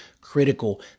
critical